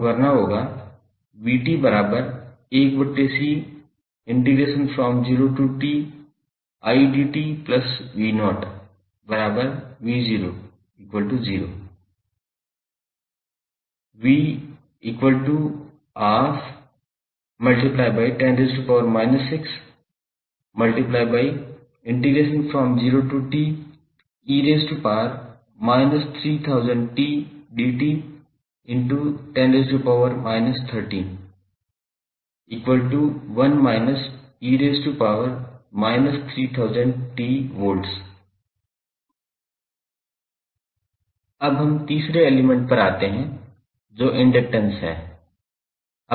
आपको करना होगा 𝑣𝑡1𝐶𝑖𝑑𝑡𝑣 and 𝑣0 𝑣12∗∗𝑑𝑡∗1− V अब हम तीसरे एलिमेंट पर आते हैं जो इंडक्टैंस है